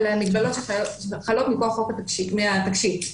ולמגבלות שחלות מכוח התקשי"ר.